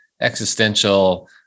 existential